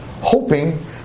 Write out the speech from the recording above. Hoping